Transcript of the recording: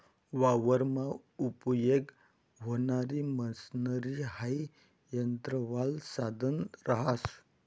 वावरमा उपयेग व्हणारी मशनरी हाई यंत्रवालं साधन रहास